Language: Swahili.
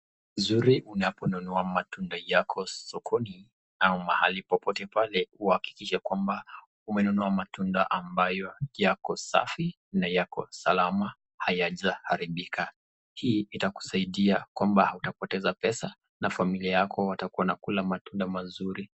Uzuri unaponunua matunda yako sokoni au mahali popote ile kuhakikisha kwamba umenunua matunda ambayo yako safi na yako salama hayajaharibika, hii itakusaidia kwamba hutapoteza pesa na familia yako itakuinakula matunda mazuri